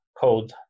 code